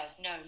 no